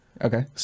okay